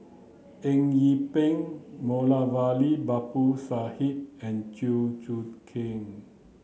Eng Yee Peng Moulavi Babu Sahib and Chew Choo Keng